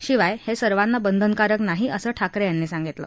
शिवाय हे सर्वाना बंधनकारक नाही असं ठाकरे यांनी सांगितलं